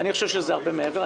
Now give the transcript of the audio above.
אני חושב שזה הרבה מעבר.